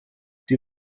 die